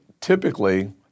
typically